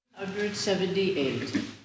178